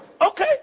Okay